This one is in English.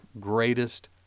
greatest